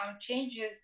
changes